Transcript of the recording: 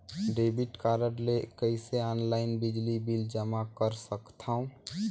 Debit card ले कइसे online बिजली बिल जमा कर सकथव?